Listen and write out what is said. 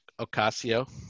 Ocasio